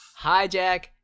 hijack